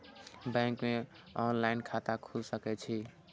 Bank में online खाता खुल सके छे?